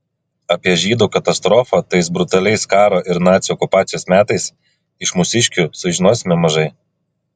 apie žydų katastrofą tais brutaliais karo ir nacių okupacijos metais iš mūsiškių sužinosime mažai